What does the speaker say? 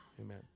Amen